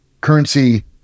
currency